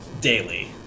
daily